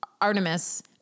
Artemis